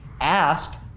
ask